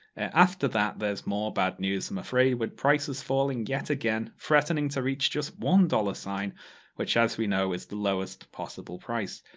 after that, there's more bad news, i'm afraid, with the prices falling yet again, threatening to reach just one dollar sign which, as we know, is the lowest possible price.